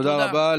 תודה רבה.